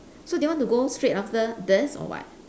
so do you want to go straight after this or what